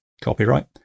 copyright